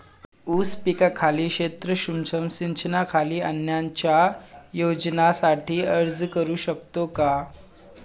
ऊस पिकाखालील क्षेत्र सूक्ष्म सिंचनाखाली आणण्याच्या योजनेसाठी अर्ज करू शकतो का?